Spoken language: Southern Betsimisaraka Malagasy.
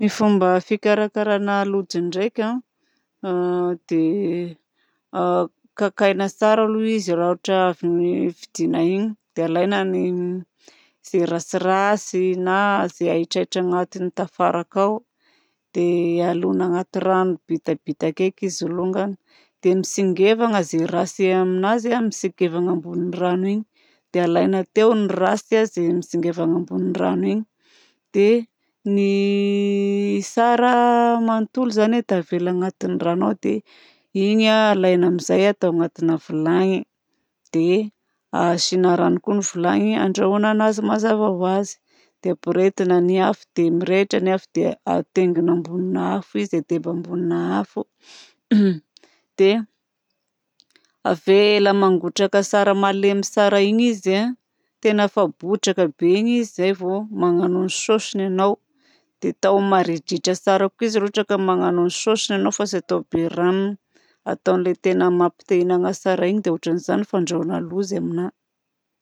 Ny fomba fikarakarana lojy ndraika dia kakaina tsara aloha izy. Raha ohatra avy novidiana iny de alaina ny izay ratsiratsy na izay ahitrahitra agnatiny tafaraka ao. Dia alogna agnaty rano bitabitaka heky izy alôngany dia mitsingevana izay ratsy amin'azy. Mitsingevana ambony ny rano iny de alaina teo ny ratsy izay mitsingevana ambony ny rano iny dia ny tsara manontolo izany tavela agnatiny rano ao. Dia iny alaina amin'izay atao agnatina vilany dia asiana rano koa ny vilany handrahoana anazy mazava ho azy dia ampirehetina ny afo dia mirehitra ny afo dia hataingina ambonina afo izy dia adeba ambonina afo dia avela mangotraka tsara malemy tsara iny izy tena efa botraka be igny izy izay vao magnano ny saosiny ianao dia atao maridrihitra tsara koa izy raha ohatra ka magnao ny saosiny ianao fa tsy atao be ranony. Atao an'ilay tena mampi-te-hihinana tsara iny dia ohatran'izany ny fandrahoana lojy aminahy.